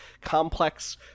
complex